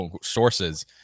sources